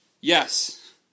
yes